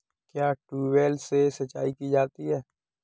क्या ट्यूबवेल से सिंचाई की जाती है?